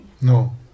No